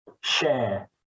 share